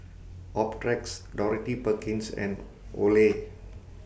Optrex Dorothy Perkins and Olay